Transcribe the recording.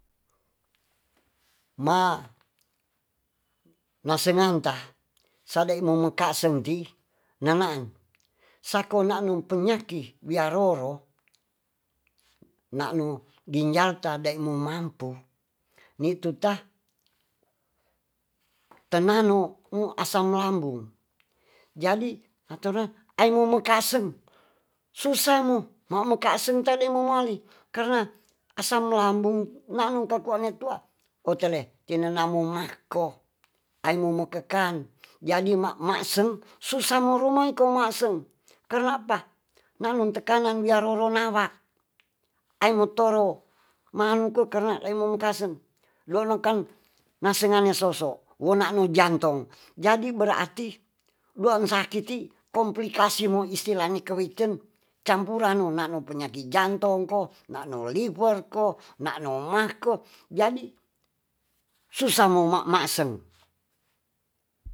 Ma ma sengan ta sa dei mo mekasen ti nenaang sa ko nanum penyaki wia roro nanu ginjal ta dei mu mampu nitu ta tenano ung asam lambung jadi na toro aimo mekasen susa mo mamo kasen tade mo mali karna asam lambung nanum ka kua ne tua o tele tine namung ma ko aimo mo kekan jadi ma maisen susa mo rumai ko maseng kerna apa nanun tekanan wia roro nawa aimo toro mahan ku karna lemon kasen lona kan nase ngane soso wona nu jantong jadi berati duan saki ti komplikasi mo istila ni kewiten campuran no nano penyaki jantong ko nano liver ko nano ma ko jadi susa mo mamasen